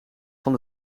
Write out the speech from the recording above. van